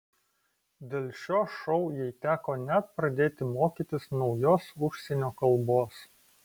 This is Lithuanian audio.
dėl šio šou jai teko net pradėti mokytis naujos užsienio kalbos